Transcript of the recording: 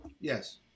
Yes